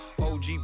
OG